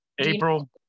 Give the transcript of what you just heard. April